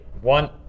One